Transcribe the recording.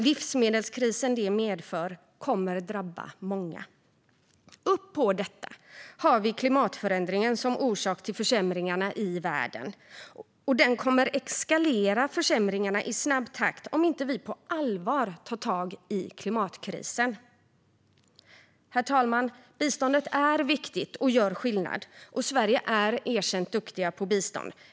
Livsmedelskrisen detta medför kommer att drabba många. På detta har vi klimatförändringen som orsak till försämringarna i världen. Dessa försämringar kommer att eskalera i snabb takt om vi inte på allvar tar tag i klimatkrisen. Herr talman! Biståndet är viktigt och gör skillnad, och Sverige är erkänt duktiga på bistånd.